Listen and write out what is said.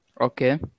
Okay